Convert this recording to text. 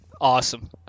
Awesome